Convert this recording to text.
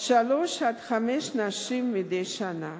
שלוש עד חמש נשים מדי שנה.